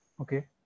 Okay